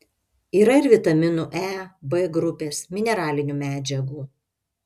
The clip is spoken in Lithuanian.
yra ir vitaminų e b grupės mineralinių medžiagų